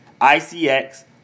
ICX